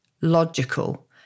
logical